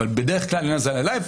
אבל בדרך כלל אין האזנה בלייב.